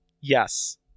Yes